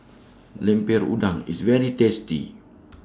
Lemper Udang IS very tasty